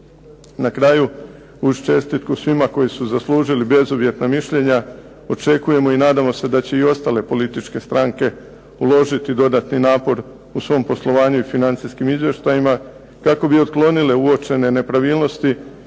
Na kraju, uz čestitku svima koji su zaslužili bezuvjetna mišljenja očekujemo i nadamo se da će i ostale političke stranke uložiti dodatni napor u svom poslovanju i financijskim izvještajima kako bi otklonile uočene nepravilnosti.